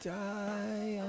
die